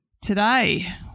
Today